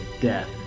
death